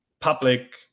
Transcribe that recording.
public